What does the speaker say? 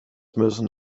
müssen